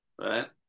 right